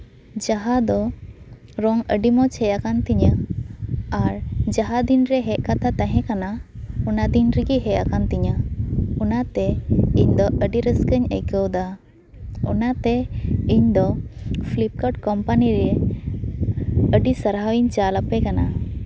ᱡᱟᱦᱟᱸ ᱫᱚ ᱨᱚᱝ ᱟᱹᱰᱤ ᱢᱚᱸᱡ ᱦᱮᱡ ᱠᱟᱱ ᱛᱤᱧᱟᱹᱟᱨ ᱡᱟᱦᱟᱸ ᱫᱤᱱᱨᱮ ᱦᱮᱡ ᱠᱟᱛᱷᱟ ᱛᱟᱦᱮᱸ ᱠᱟᱱᱟ ᱚᱱᱟ ᱫᱤᱱ ᱨᱮᱜᱮ ᱦᱮᱡ ᱟᱠᱟᱱ ᱛᱤᱧᱟ ᱚᱱᱟᱛᱮ ᱤᱧᱫᱚ ᱟᱹᱰᱤ ᱨᱟᱹᱥᱠᱟᱹᱧ ᱟᱹᱭᱠᱟᱹᱣᱫᱟ ᱚᱱᱟᱛᱮ ᱤᱧᱫᱚ ᱯᱷᱤᱞᱤᱯᱠᱟᱨᱴ ᱠᱳᱢᱯᱟᱱᱤᱨᱮ ᱟᱹᱰᱤ ᱥᱟᱨᱦᱟᱣ ᱤᱧ ᱪᱟᱞ ᱟᱯᱮ ᱠᱟᱱᱟ